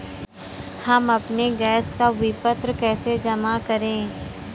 हम अपने गैस का विपत्र कैसे जमा करें?